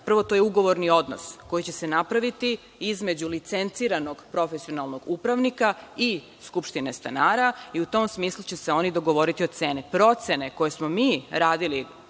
prvo to je ugovorno odnos koji će se napraviti između licenciranog profesionalnog upravnika i skupštine stanara i u tom smislu će se oni dogovoriti o ceni. Procene koje smo mi radili,